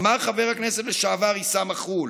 אמר חבר הכנסת לשעבר עסאם מח'ול: